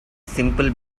simple